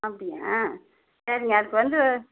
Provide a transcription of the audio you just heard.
அப்படியா சரிங்க அதுக்கு வந்து